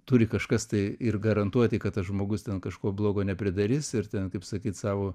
turi kažkas tai ir garantuoti kad tas žmogus ten kažko blogo nepridarys ir ten kaip sakyt savo